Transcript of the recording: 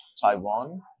Taiwan